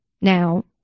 now